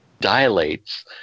dilates